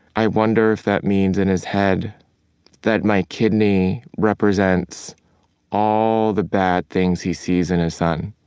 i wonder if that means in his head that my kidney represents all the bad things he sees in his son,